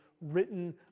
written